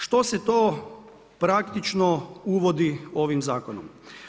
Što se to praktično uvodi ovim zakonom?